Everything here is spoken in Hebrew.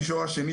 המישור השני,